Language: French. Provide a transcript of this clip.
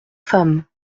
femme